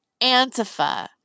antifa